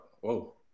whoa